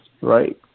right